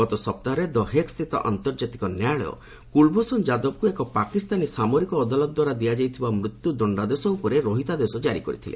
ଗତ ସପ୍ତାହରେ the Hague ସ୍ଥିତ ଆନ୍ତର୍ଜାତିକ ନ୍ୟାୟାଳୟ କୁଳଭୂଷଣ ଯାଦବଙ୍କୁ ଏକ ପାକିସ୍ତାନୀ ସାମରିକ ଅଦାଲତ ଦ୍ୱାରା ଦିଆଯାଇଥିବା ମୃତ୍ୟୁ ଦଶ୍ଚାଦେଶ ଉପରେ ରହିତାଦେଶ କାରି କରିଥିଲେ